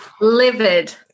Livid